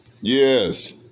Yes